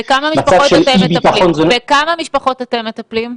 בכמה משפחות אתם מטפלים?